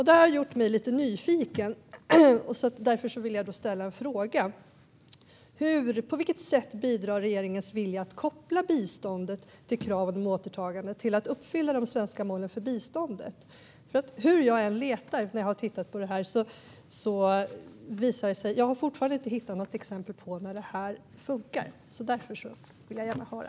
Detta har gjort mig lite nyfiken, och därför vill jag ställa en fråga: På vilket sätt bidrar regeringens vilja att koppla biståndet till krav på återtagande till att uppfylla de svenska målen för biståndet? Jag har tittat på det här, och jag har fortfarande inte hittat något exempel på när detta funkar. Därför vill jag gärna veta.